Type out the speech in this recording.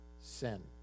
sin